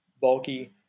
bulky